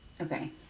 Okay